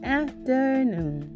afternoon